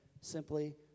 simply